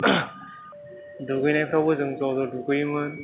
दुगैनायफ्रावबो जों ज'ज दुगैयोमोन